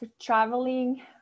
traveling